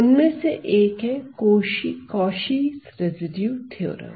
उनमें से एक है कोशी रेसिड्यू थ्योरम